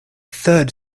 third